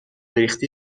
ریختی